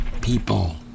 people